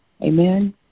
Amen